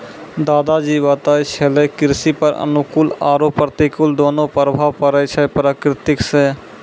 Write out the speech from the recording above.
दादा जी बताय छेलै कृषि पर अनुकूल आरो प्रतिकूल दोनों प्रभाव पड़ै छै प्रकृति सॅ